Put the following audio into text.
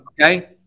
Okay